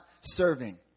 serving